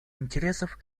интересов